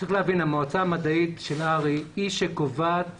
צריך להבין שהמועצה המדעית של הר"י היא זו שקובעת